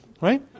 right